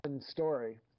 story